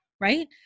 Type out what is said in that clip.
right